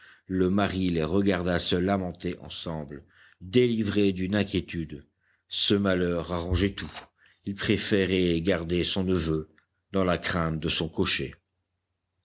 le mari les regarda se lamenter ensemble délivré d'une inquiétude ce malheur arrangeait tout il préférait garder son neveu dans la crainte de son cocher